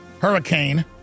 hurricane